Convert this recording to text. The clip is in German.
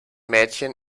mädchen